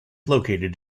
located